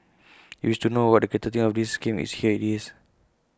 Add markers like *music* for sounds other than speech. *noise* you wish to know what the creator thinks of his game here IT is